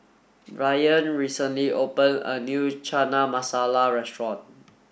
Brayan recently opened a new Chana Masala restaurant